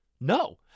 No